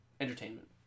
Entertainment